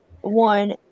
one